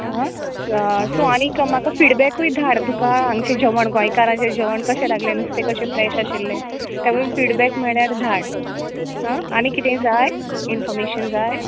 हां सो आनीक म्हाका फिडबॅकूय धाड तुका आमचें जेवण गोंयकारांचें जेवण कशें लागलें नुस्तें कशें फ्रेश आशिल्लें तेवूय फिडबॅक म्हळ्यार धाड हां आनीक कितेंय जाय इन्फाॅर्मेशन जाय